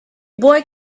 boy